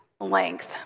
length